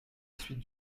suite